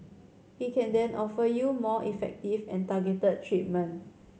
he can then offer you more effective and targeted treatment